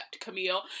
camille